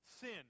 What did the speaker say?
sin